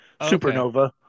Supernova